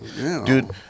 dude